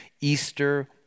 Easter